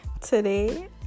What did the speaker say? today